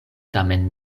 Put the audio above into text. tamen